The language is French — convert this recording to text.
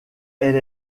elle